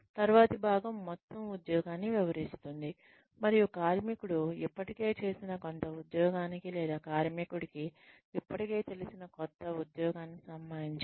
తరువాతి భాగం మొత్తం ఉద్యోగాన్ని వివరిస్తుంది మరియు కార్మికుడు ఇప్పటికే చేసిన కొంత ఉద్యోగానికి లేదా కార్మికుడికి ఇప్పటికే తెలిసిన కొంత ఉద్యోగానికి సంబంధించినది